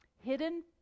Hidden